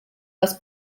das